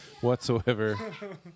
Whatsoever